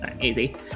Easy